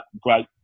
great